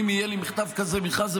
אם יהיה מכתב כזה ממך,